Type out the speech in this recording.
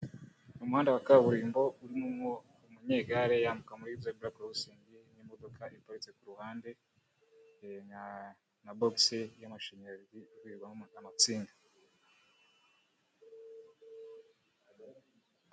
Umuhanda wa kaburimbo urimo umunyegare yambuka muri zebura korosingi n'imodoka iparitse ku ruhande, na bokisi y'amashanyarazi ibikwamo amatsinga.